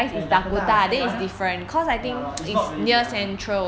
oh dakota 看 lah ya its not really geylang lah